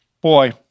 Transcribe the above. boy